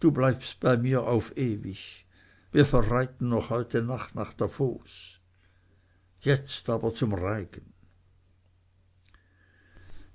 du bleibst bei mir auf ewig wir verreiten noch heute nach davos jetzt aber zum reigen